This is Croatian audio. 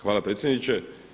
Hvala predsjedniče.